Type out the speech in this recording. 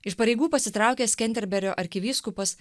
iš pareigų pasitraukęs kenterberio arkivyskupas